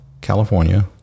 California